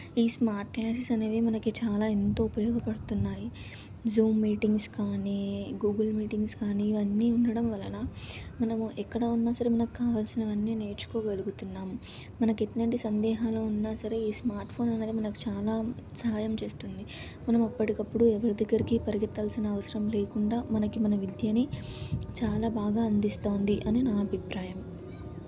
ఈ స్మార్ట్నెస్ అనేవి మనకి చాలా ఎంతో ఉపయోగపడుతున్నాయి జూమ్ మీటింగ్స్ కానీ గూగుల్ మీటింగ్స్ కానీ ఇవన్నీ ఉండడం వలన మనము ఎక్కడ ఉన్నా సరే మనకి కావాల్సినవన్నీ నేర్చుకోగలుగుతున్నాము మనకి ఎటువంటి సందేహాలు ఉన్నా సరే ఈ స్మార్ట్ఫోన్ అనేది మనకు చాలా సహాయం చేస్తుంది మనం అప్పటికప్పుడు ఎవరి దగ్గరికి పరిగెత్తాల్సిన అవసరం లేకుండా మనకి మన విద్యని చాలా బాగా అందిస్తోంది అని నా అభిప్రాయం